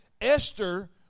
Esther